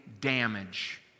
damage